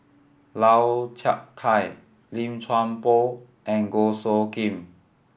Lau Chiap Khai Lim Chuan Poh and Goh Soo Khim